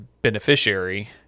beneficiary